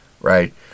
right